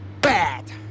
bad